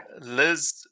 Liz